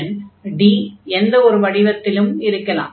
அந்த closed region D எந்த ஒரு வடிவத்திலும் இருக்கலாம்